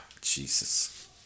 Jesus